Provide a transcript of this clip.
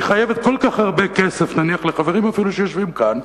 היא חייבת כל כך הרבה כסף נניח לחברים שאפילו יושבים כאן,